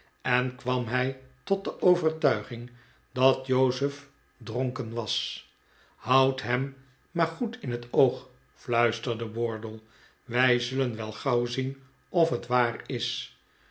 en kwam hij tot de overtuiging dat jozef dronken was houd hem maar goed in het oog fluisterde wardle wij zullen wel gauw zien of het waar is